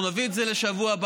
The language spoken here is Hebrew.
אנחנו נביא את זה לשבוע הבא.